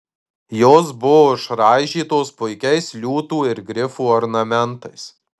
jos buvo išraižytos puikiais liūtų ir grifų ornamentais